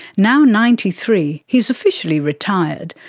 now ninety three, he's officially retired,